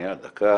רגע, דקה.